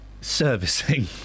servicing